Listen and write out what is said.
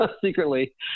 secretly